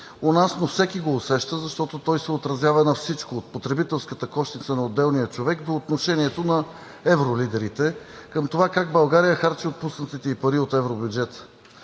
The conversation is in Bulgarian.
нас, но всеки го усеща, защото той се отразява на всичко – от потребителската кошница на отделния човек до отношението на евролидерите, към това как България харчи отпуснатите й пари от евробюджета.